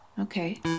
Okay